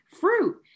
fruit